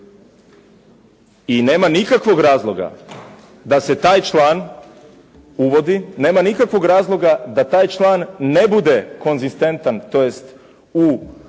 i nema nikakvog razloga da se taj član uvodi, nema nikakvog razloga da taj član ne bude konzistentan tj. u usporedbi